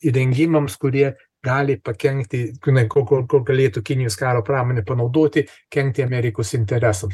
įrengimams kurie gali pakenkti grynai ko ko ko galėtų kinijos karo pramonė panaudoti kenkti amerikos interesams